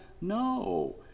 No